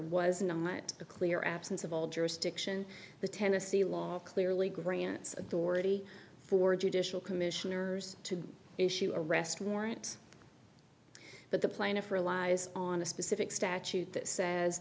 a clear absence of all jurisdiction the tennessee law clearly grants authority for judicial commissioners to issue arrest warrant but the plaintiff relies on a specific statute that says